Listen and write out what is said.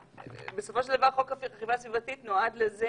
בסופו של דבר חוק אכיפה סביבתית נועד לזה